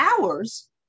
hours